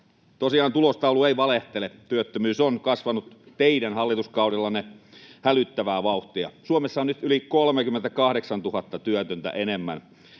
Tosiaan tulostaulu ei valehtele. Työttömyys on kasvanut teidän hallituskaudellanne hälyttävää vauhtia. Suomessa on nyt yli 38 000 työtöntä enemmän